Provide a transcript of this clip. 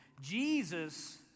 Jesus